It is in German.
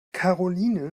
karoline